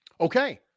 Okay